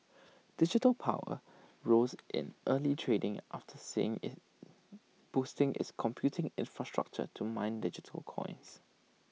digital power rose in early trading after saying boosting its computing infrastructure to mine digital coins